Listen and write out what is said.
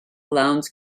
lowndes